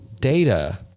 data